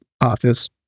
office